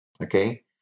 Okay